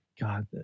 God